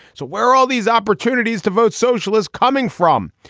so where are all these opportunities to vote socialist coming from.